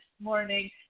morning